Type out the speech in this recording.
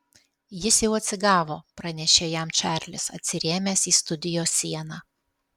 jis jau atsigavo pranešė jam čarlis atsirėmęs į studijos sieną